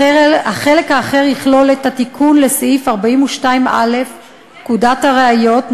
והחלק האחר יכלול את התיקון לסעיף 42א בפקודת הראיות ,